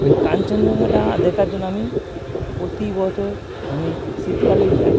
এই কাঞ্চনজঙ্ঘাটা দেখার জন্য আমি প্রতি বছর আমি শীতকালেই যাই